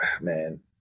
man